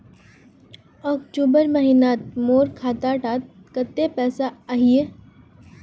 अक्टूबर महीनात मोर खाता डात कत्ते पैसा अहिये?